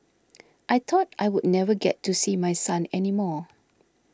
I thought I would never get to see my son any more